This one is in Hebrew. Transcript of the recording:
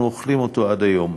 ואנחנו אוכלים את זה עד היום.